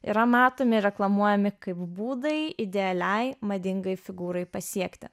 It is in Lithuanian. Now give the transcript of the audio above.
yra matomi reklamuojami kaip būdai idealiai madingai figūrai pasiekti